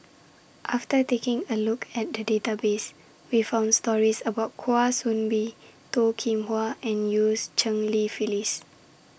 after taking A Look At The Database We found stories about Kwa Soon Bee Toh Kim Hwa and Eu's Cheng Li Phyllis